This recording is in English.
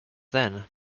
then